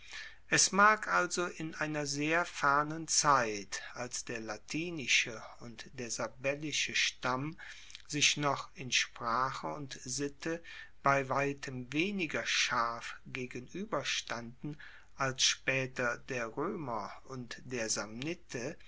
es mag also in einer sehr fernen zeit als der latinische und der sabellische stamm sich noch in sprache und sitte bei weitem weniger scharf gegenueber standen als spaeter der roemer und der